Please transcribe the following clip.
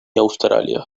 australia